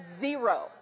zero